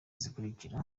zikurikira